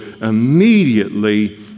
immediately